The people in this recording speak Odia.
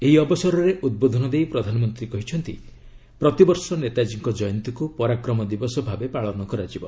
ଏହି ଅବସରରେ ଉଦ୍ବୋଧନ ଦେଇ ପ୍ରଧାନମନ୍ତ୍ରୀ କହିଛନ୍ତି ପ୍ରତିବର୍ଷ ନେତାଜୀଙ୍କ ଜୟନ୍ତୀକୁ ପରାକ୍ରମ ଦିବସ ଭାବେ ପାଳନ କରାଯିବ